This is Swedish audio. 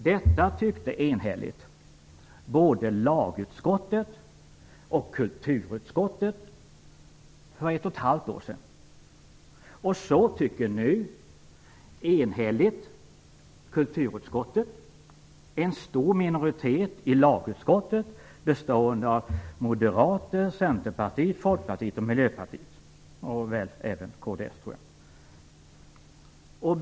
Detta tyckte enhälligt både lagutskottet och kulturutskottet för ett och ett halvt år sedan. Så tycker nu enhälligt kulturutskottet och en stor minoritet i lagutskottet bestående av Moderaterna, Centerpartiet, Folkpartiet, Miljöpartiet och även kds, tror jag.